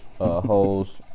Holes